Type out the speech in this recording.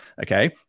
Okay